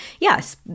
yes